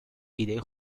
ایده